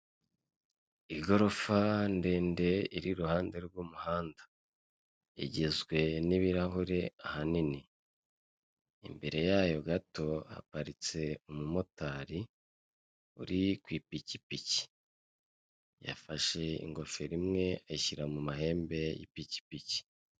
Igorofa ndende iri iruhande rw'umuhanda, igizwe n'ibirahure ahanini. Imbere yayo gato haparitse umumotari uri ku ipikipiki. Yafashe ingofero imwe ayishyira mu mahembe y'pikipiki.